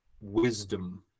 wisdom